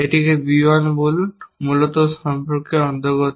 এটিকে B 1 বলুন মূলত সম্পর্কের অন্তর্গত